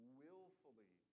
willfully